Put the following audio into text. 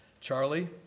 Charlie